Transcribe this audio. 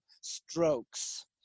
strokes